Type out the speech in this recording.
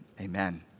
amen